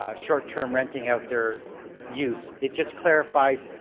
ah short term renting out their use. it just clarifies